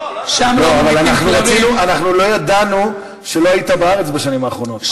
שם לא ממיתים כלבים אנחנו לא ידענו שלא היית בארץ בשנים האחרונות.